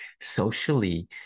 socially